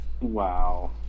Wow